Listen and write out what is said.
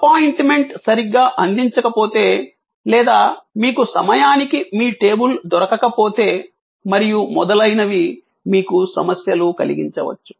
appointment సరిగ్గా అందించకపోతే లేదా మీకు సమయానికి మీ టేబుల్ దొరకకపోతే మరియు మొదలైనవి మీకు సమస్యలు కలిగించవచ్చు